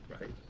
right